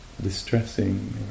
distressing